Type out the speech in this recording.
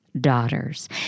daughters